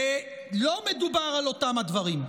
ולא מדובר על אותם הדברים,